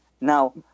Now